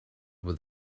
with